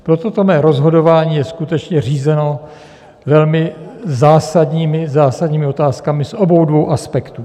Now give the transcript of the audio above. Proto mé rozhodování je skutečně řízeno velmi zásadními, zásadními otázkami z obou dvou aspektů.